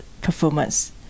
performance